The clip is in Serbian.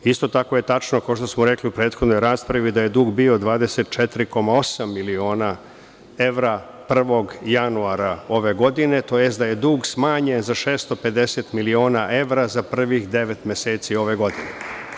Isto tako je tačno, kao što smo rekli u prethodnoj raspravi, da je dug bio 24,8 miliona evra 1. janura ove godine tj. da je dug smanjen za 650 miliona evra za prvih devet meseci ove godine.